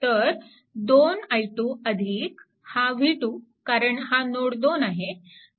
तर 2 i2 हा v2 कारण हा नोड 2 आहे